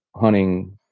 hunting